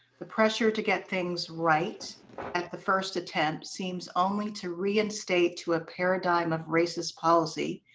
the pressure to get things right at the first attempt seems only to reinstate to a paradigm of racist policy,